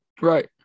right